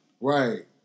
Right